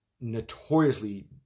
notoriously